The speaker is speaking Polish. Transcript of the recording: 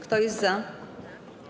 Kto jest za?